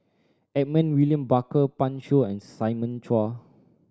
Edmund William Barker Pan Shou and Simon Chua